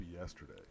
yesterday